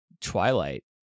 Twilight